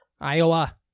Iowa